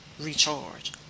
recharge